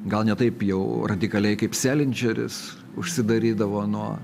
gal ne taip jau radikaliai kaip selindžeris užsidarydavo nuo